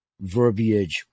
Verbiage